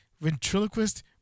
Ventriloquist